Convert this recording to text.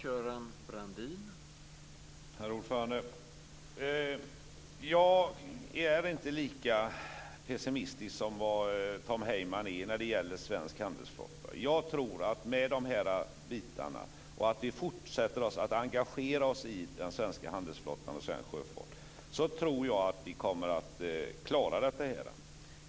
Herr talman! Jag är inte lika pessimistisk som Tom Heyman när det gäller den svenska handelsflottan. Jag tror att i och med att vi fortsätter att engagera oss i den svenska handelsflottan och svensk sjöfart kommer vi att klara situationen.